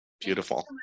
Beautiful